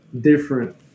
different